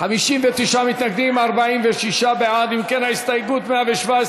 קבוצת סיעת הרשימה המשותפת וחברת הכנסת אורלי לוי אבקסיס לסעיף 87(7)